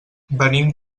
venim